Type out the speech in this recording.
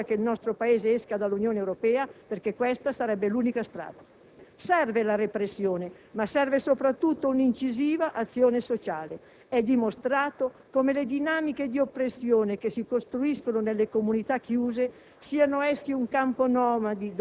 Se qualcuno lo credo, proponga allora che il nostro Paese esca dall'Unione Europea perché questa sarebbe l'unica strada. Serve la repressione, ma serve soprattutto un'incisiva azione sociale. È dimostrato come le dinamiche di oppressione che si costruiscono nelle comunità chiuse